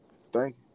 Thank